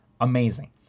amazing